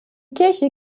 kirche